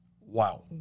Wow